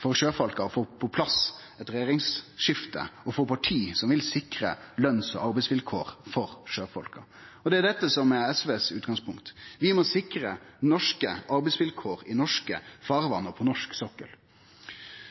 for sjøfolka å få på plass eit regjeringsskifte – og for parti som vil sikre løns- og arbeidsvilkår for sjøfolk. Det er dette som er SVs utgangspunkt, vi må sikre norske arbeidsvilkår i norske farvatn og på norsk sokkel.